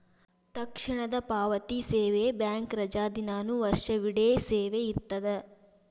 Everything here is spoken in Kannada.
ತಕ್ಷಣದ ಪಾವತಿ ಸೇವೆ ಬ್ಯಾಂಕ್ ರಜಾದಿನಾನು ವರ್ಷವಿಡೇ ಸೇವೆ ಇರ್ತದ